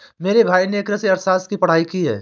मेरे भाई ने कृषि अर्थशास्त्र की पढ़ाई की है